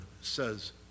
says